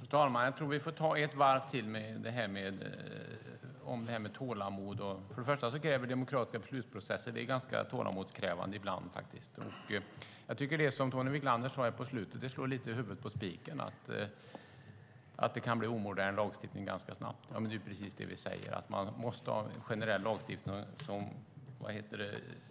Fru talman! Jag tror att vi får ta ett varv till om det här med tålamod. Den demokratiska beslutsprocessen är ibland ganska tålamodskrävande. Jag tycker att det som Tony Wiklander sade på slutet slår huvudet på spiken, att lagstiftningen kan bli omodern ganska snabbt. Det är precis det vi säger. Man måste ha generell lagstiftning som